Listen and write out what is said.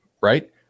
right